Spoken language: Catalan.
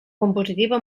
compositiva